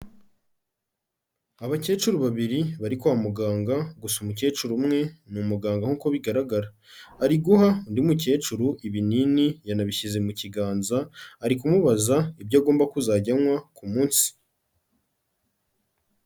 Abakecuru babiri bari kwa muganga gusa umukecuru umwe ni umuganga nkuko'uko bigaragara, ari guha undi mukecuru ibinini yanabishyize mu kiganza, ari kumubaza ibyo agomba kuzajya anywa ku munsi.